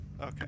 Okay